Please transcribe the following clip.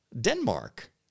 Denmark